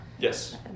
Yes